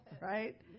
right